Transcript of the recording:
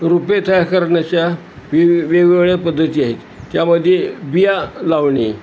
रोपे तयार करण्याच्या वे वेगवेगळ्या पद्धती आहेत त्यामध्ये बिया लावणे